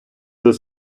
від